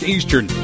Eastern